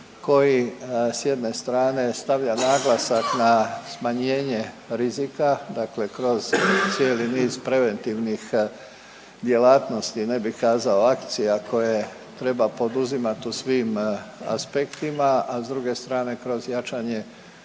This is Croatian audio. koji s jedne strane stavlja naglasak na smanjenje rizika dakle kroz cijeli niz preventivnih djelatnosti ne bih kazao akcija koje treba poduzimati u svim aspektima, a s druge strane kroz jačanje